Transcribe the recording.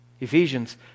Ephesians